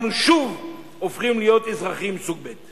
אנחנו שוב הופכים להיות אזרחים סוג ב'.